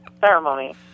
ceremony